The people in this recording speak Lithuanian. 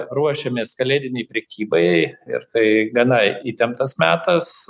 ruošiamės kalėdinei prekybai ir tai gana įtemptas metas